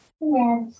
Yes